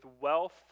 wealth